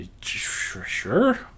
Sure